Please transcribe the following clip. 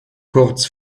kurz